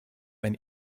ein